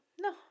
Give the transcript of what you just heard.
No